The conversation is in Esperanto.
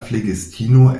flegistino